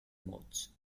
modes